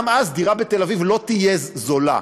גם אז דירה בתל אביב לא תהיה זולה,